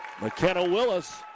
McKenna-Willis